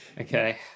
Okay